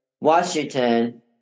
Washington